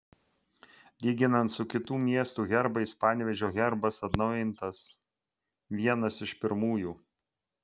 lyginant su kitų miestų herbais panevėžio herbas atnaujintas vienas iš pirmųjų